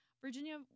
Virginia